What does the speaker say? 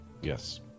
Yes